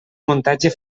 muntatge